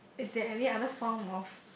is there any other form of